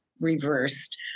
Reversed